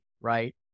right